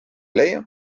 leia